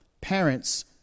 parents